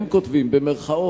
הם כותבים במירכאות,